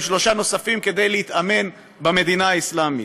שלושה נוספים כדי להתאמן במדינה האסלאמית,